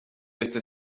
este